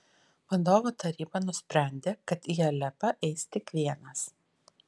vadovų taryba nusprendė kad į alepą eis tik vienas